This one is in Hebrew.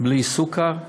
בלי סוכר,